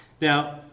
Now